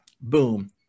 boom